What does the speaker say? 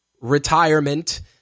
retirement